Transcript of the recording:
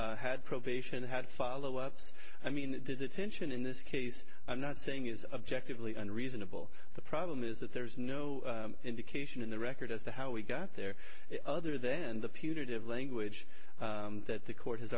had probation had follow ups i mean the tension in this case i'm not saying is objectively and reasonable the problem is that there is no indication in the record as to how we got there other than the fugitive language that the court has